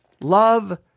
Love